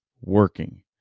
working